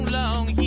long